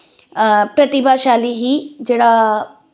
ਪ੍ਰਤਿਭਾਸ਼ਾਲੀ ਹੀ ਜਿਹੜਾ